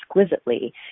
exquisitely